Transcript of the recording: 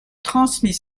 transmis